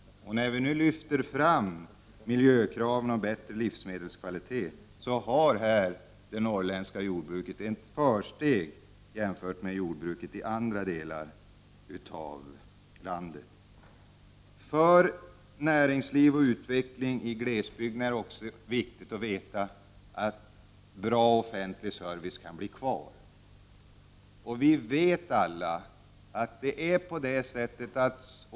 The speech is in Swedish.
När nu miljökraven i fråga om bättre livsmedelskvalitet lyfts fram har det norrländska jordbruket ett försteg jämfört med övrigt jordbruk. För näringsliv och utveckling i glesbygden är det också viktigt att veta att bra offentlig service kan bli kvar.